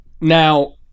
now